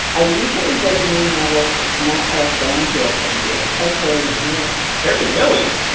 i recently read the new novel it's not all downhill from here, by terry mcmillan terry mcmillan?